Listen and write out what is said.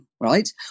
right